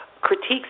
critiques